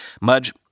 Mudge